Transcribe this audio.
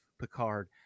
Picard